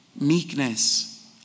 Meekness